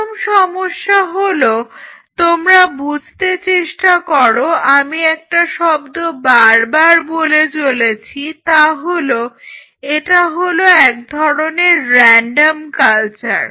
প্রথম সমস্যা হলোতোমরা বুঝতে চেষ্টা করো আমি একটা শব্দ বারবার বলে চলেছি তা হলো এটা হলো এক ধরনের রেনডম কালচার